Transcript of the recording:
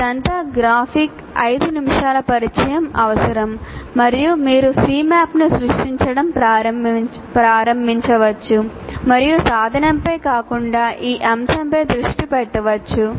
ఇదంతా గ్రాఫిక్ 5 నిమిషాల పరిచయం అవసరం మరియు మీరు Cmap ను సృష్టించడం ప్రారంభించవచ్చు మరియు సాధనంపై కాకుండా ఈ అంశంపై దృష్టి పెట్టవచ్చు